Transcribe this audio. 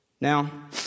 Now